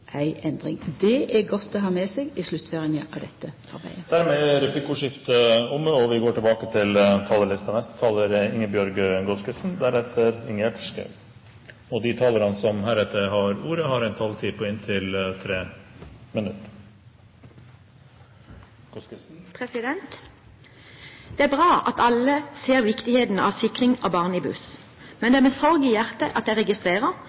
ei endring. Det er godt å ha med seg i sluttføringa av dette. Replikkordskiftet er omme. De talere som heretter får ordet, har en taletid på inntil 3 minutter. Det er bra at alle ser viktigheten av sikring av barn i buss. Men det er med sorg i hjertet at jeg registrerer